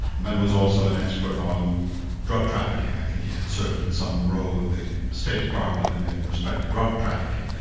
man was also an expert on drug trafficking, i think he had served in some role in the state department in in respect to drug trafficking.